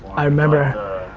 i remember.